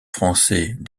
français